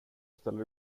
ställer